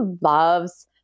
loves